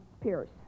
Pierce